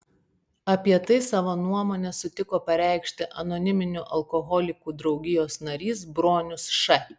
apie tai savo nuomonę sutiko pareikšti anoniminių alkoholikų draugijos narys bronius š